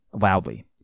loudly